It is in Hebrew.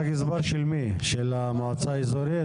האם אתה גזבר של המועצה האזורית?